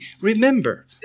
remember